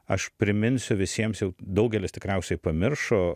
aš priminsiu visiems jau daugelis tikriausiai pamiršo